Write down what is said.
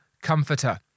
comforter